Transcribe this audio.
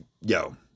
yo